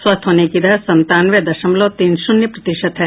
स्वस्थ होने की दर संतानवे दशमलव तीन शून्य प्रतिशत है